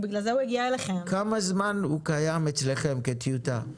כמה זמן הוא קיים אצלכם כטיוטה?